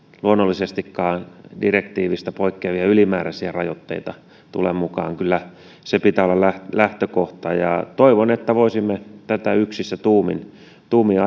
luonnollisestikaan direktiivistä poikkeavia ylimääräisiä rajoitteita tule mukaan kyllä sen pitää olla lähtökohta ja toivon että voisimme tätä yksissä tuumin tuumin